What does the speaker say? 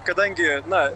kadangi na